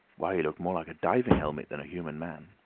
why, he looked more like a divin' helmet than a human man!